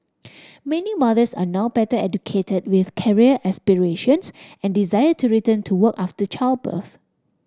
many mothers are now better educated with career aspirations and desire to return to work after childbirth